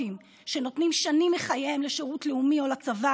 לאנשים אמיתיים, לאזרחים טובים,